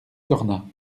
cornas